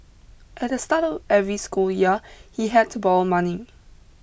at the start of every school year he had to borrow money